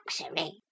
luxury